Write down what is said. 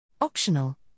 Optional